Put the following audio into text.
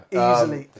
easily